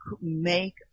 make